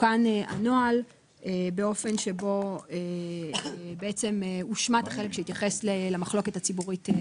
תוקן הנוהל באופן שבו הושמט החלק שהתייחס למחלוקת הציבורית.